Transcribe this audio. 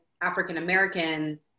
African-American